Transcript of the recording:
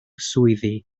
swyddi